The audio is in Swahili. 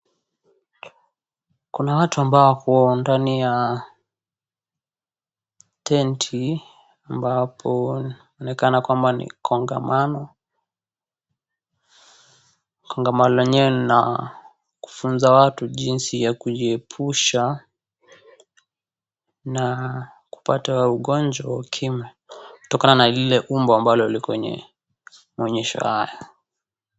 Kuna watu ambao wako ndani ya tenti , ambapo inaonekana kwamba ni kongamano. Kongamano lenyewe ni la kufunza watu jinsi ya kujiepusha na kupata ugonjwa wa ukimwi kutokana na lile umbo liko limeonyeshwa.